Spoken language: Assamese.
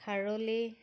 খাৰলি